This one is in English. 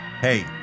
Hey